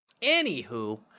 Anywho